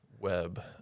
web